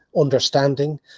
understanding